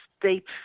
deep